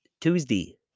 Tuesday